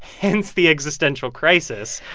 hence the existential crisis.